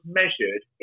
measured